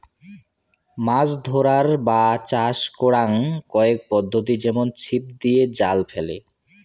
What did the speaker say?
মাছ ধরার বা চাষ করাং কয়েক পদ্ধতি যেমন ছিপ দিয়ে, জাল ফেলে